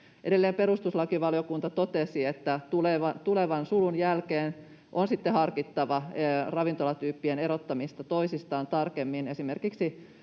Edelleen perustuslakivaliokunta totesi, että tulevan sulun jälkeen on sitten harkittava ravintolatyyppien erottamista toisistaan tarkemmin,